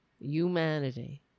humanity